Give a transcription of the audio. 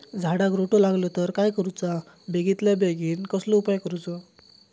झाडाक रोटो लागलो तर काय करुचा बेगितल्या बेगीन कसलो उपाय करूचो?